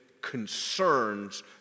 concerns